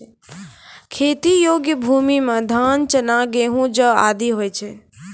खेती योग्य भूमि म धान, चना, गेंहू, जौ आदि होय छै